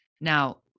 Now